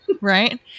Right